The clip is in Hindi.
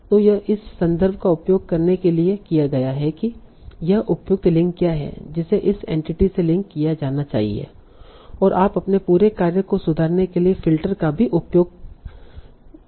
तो यह इस संदर्भ का उपयोग करने के लिए किया गया है कि यह उपयुक्त लिंक क्या है जिसे इस एंटिटी से लिंक किया जाना चाहिए और आप अपने पूरे कार्य को सुधारने के लिए फ़िल्टर का भी उपयोग सकते हैं